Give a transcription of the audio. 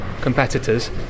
competitors